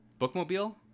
bookmobile